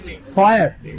fire